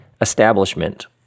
establishment